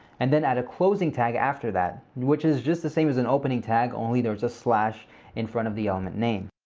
and then add a closing tag after that which is just the same as an opening tag only there's a slash in front of the element name.